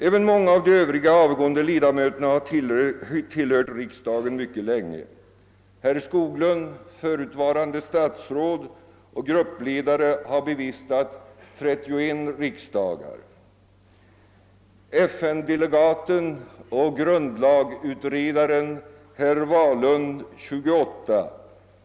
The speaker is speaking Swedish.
Även många av de övriga avgående ledamöterna har tillhört riksdagen mycket länge. Herr Skoglund — förutvaran de statsråd och gruppledare — har bevistat 31 riksdagar, FN-delegaten och grundlagutredaren herr Wahlund 28.